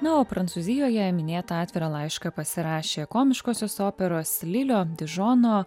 na o prancūzijoje minėtą atvirą laišką pasirašė komiškosios operos lilio dižono